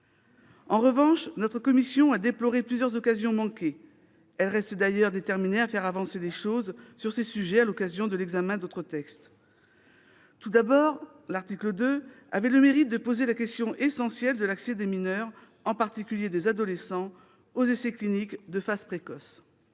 En revanche, notre commission a déploré plusieurs occasions manquées. Elle reste d'ailleurs déterminée à faire avancer les choses sur ces sujets à l'occasion de l'examen d'autres textes. Tout d'abord, l'article 2 avait le mérite de poser la question essentielle de l'accès des mineurs, en particulier des adolescents, aux essais cliniques de phase précoce.